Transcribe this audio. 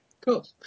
cool